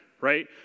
right